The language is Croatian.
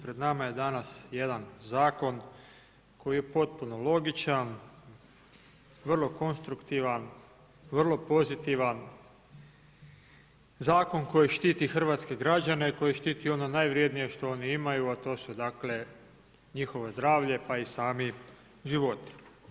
Pred nama je danas jedan zakon koji je potpuno logičan, vrlo konstruktivan, vrlo pozitivan, zakon koji štiti hrvatske građane, koji štiti ono najvrjednije ono što oni imaju, a to su njihovo zdravlje pa i sami životi.